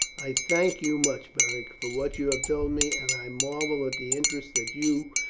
i thank you much, beric, for what you have told me, and i marvel at the interest that you,